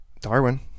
Darwin